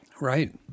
Right